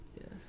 Yes